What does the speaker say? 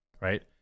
Right